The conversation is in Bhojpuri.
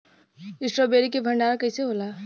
स्ट्रॉबेरी के भंडारन कइसे होला?